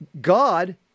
God